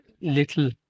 little